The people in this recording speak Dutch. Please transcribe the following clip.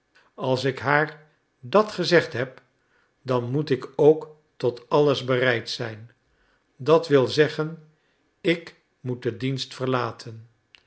als ik haar dat gezegd heb dan moet ik ook tot alles bereid zijn dat wil zeggen ik moet den dienst verlaten